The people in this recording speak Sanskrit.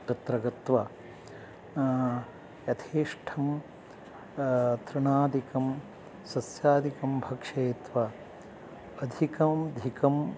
तत्र गत्वा यथेष्टं तृणादिकं सस्यादिकं भक्षयित्वा अधिकाधिकं